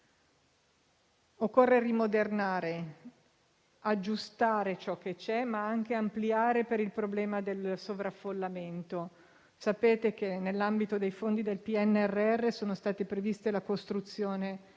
Occorre rimodernare e aggiustare ciò che c'è, ma anche ampliare per il problema del sovraffollamento. Sapete che con i fondi del PNRR è stata prevista la costruzione di